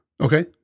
Okay